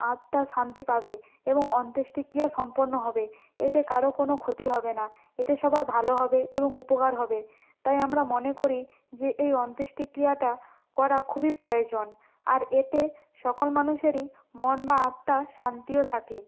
আত্মা শান্তি পাবে এবং অন্ত্যেষ্টিক্রিয়া সম্পন্ন হবে এতে কারো কোনো ক্ষতি হবে না এতে সবার ভালো হবে এবং উপকার হবে তাই আমরা মনে করি যে এই অন্ত্যেষ্টিক্রিয়াটা করা খুবই প্রয়োজন আর এতে সকল মানুষেরই মন বা আত্মা শান্তিও থাকে